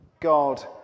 God